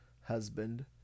husband